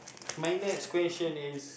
okay mine next question is